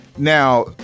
now